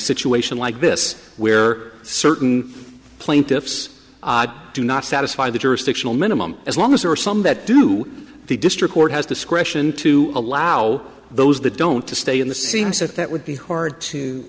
situation like this where certain plaintiffs do not satisfy the jurisdictional minimum as long as there are some that do the district court has discretion to allow those that don't to stay in the seams that that would be hard to